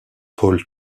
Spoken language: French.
paul